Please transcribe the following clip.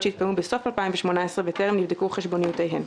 שהתקיימו בסוף 2018 וטרם נבדקו חשבוניותיהם.